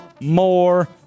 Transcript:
more